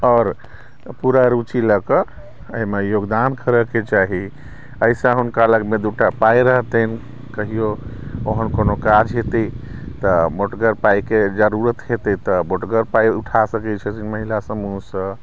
आओर पूरा रुचि लऽ कऽ एहिमे योगदान करैके चाही एहिसँ हुनका लऽगमे दू टा पाइ रहतनि कहियौ ओहन कोनो काज हेतै तऽ मोटगर पाइके जरुरत हेतै तऽ मोटगर पाइ उठा सकै छथिन महिला समूहसँ